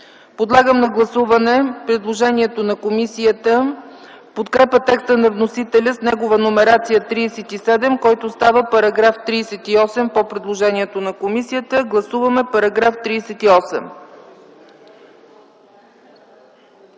Подлагам на гласуване предложението на комисията в подкрепа текста на вносителя с негова номерация 37, който става § 38 по предложението на комисията. Гласуваме § 38.